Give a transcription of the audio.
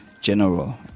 general